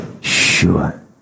Sure